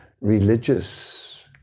religious